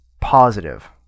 positive